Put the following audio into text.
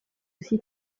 aussi